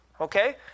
okay